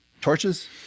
Torches